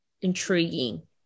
intriguing